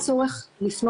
אני אבדוק את זה ואענה לך.